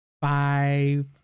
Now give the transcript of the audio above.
Five